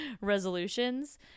resolutions